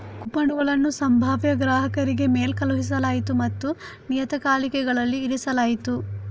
ಕೂಪನುಗಳನ್ನು ಸಂಭಾವ್ಯ ಗ್ರಾಹಕರಿಗೆ ಮೇಲ್ ಕಳುಹಿಸಲಾಯಿತು ಮತ್ತು ನಿಯತಕಾಲಿಕೆಗಳಲ್ಲಿ ಇರಿಸಲಾಯಿತು